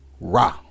Ra